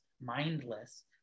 mindless